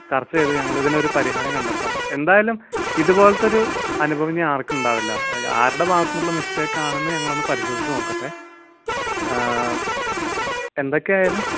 ചർച്ച ചെയ്ത് ഞങ്ങൾ ഇതിനൊരു പരിഹാരം കണ്ടെത്താം എന്തായാലും ഇതുപോലത്തൊരു അനുഭവം ഇനിയാർക്കും ഉണ്ടാവില്ല അത് ആരുടെ ഭാഗത്തു നിന്നുള്ള മിസ്റ്റേക്കാണെന്ന് ഞങ്ങളൊന്ന് പരിശോധിച്ചു നോക്കട്ടെ എന്തൊക്കെയായാലും